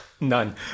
None